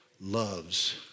loves